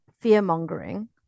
fear-mongering